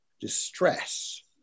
distress